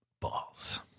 balls